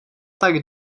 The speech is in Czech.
tak